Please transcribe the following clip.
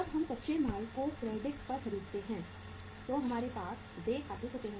जब हम कच्चे माल को क्रेडिट पर खरीदते हैं तो हमारे पास देय खाते होते हैं